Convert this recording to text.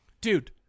Dude